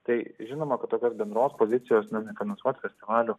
tai žinoma kad tokios bendros pozicijos na nefinansuot festivalių